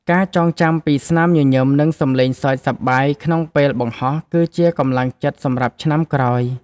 ការចងចាំពីស្នាមញញឹម និងសម្លេងសើចសប្បាយក្នុងពេលបង្ហោះ គឺជាកម្លាំងចិត្តសម្រាប់ឆ្នាំក្រោយ។